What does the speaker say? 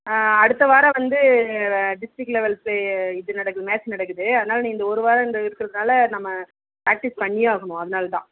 அடுத்த வாரம் வந்து டிஸ்ட்ரிக் லெவல்ஸு இது நடக்குது மேட்ச் நடக்குது அதனால நீ இந்த ஒருவாரம் இந்த இருக்கிறதுனால் நம்ம பிராக்ட்டிஸ் பண்ணியே ஆகணும் அதனால தான்